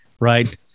right